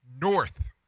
north